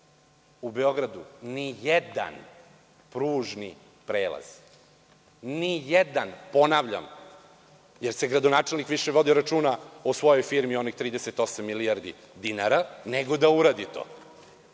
u Beogradu pružni prelaz. Ni jedan, ponavljam, jer gradonačelnik više vodi računa o svojoj firmi, onih 38 milijardi dinara, nego da uradi to.